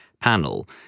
panel